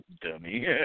dummy